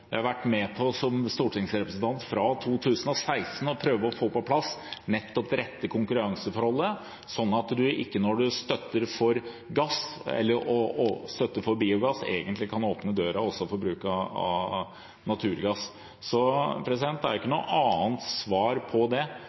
jeg vært med på som stortingsrepresentant fra 2016, altså å prøve å få på plass det rette konkurranseforholdet, sånn at man når man støtter biogass, ikke egentlig kan åpne døren også for bruk av naturgass. Det er ikke noe annet svar på det.